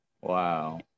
Wow